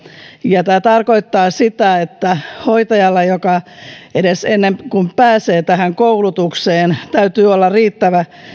ja tämä tarkoittaa sitä että hoitajalla edes ennen kuin pääsee tähän koulutukseen täytyy olla riittävä